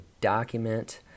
document